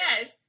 Yes